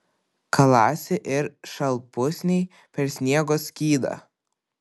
kalasi ir šalpusniai per sniego skydą